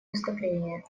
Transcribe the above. выступления